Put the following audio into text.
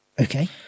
okay